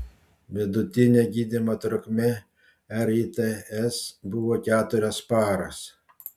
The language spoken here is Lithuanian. vidutinė gydymo trukmė rits buvo keturios paros